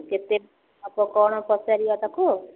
କେତେ କ'ଣ ପଚାରିବା ତା'କୁ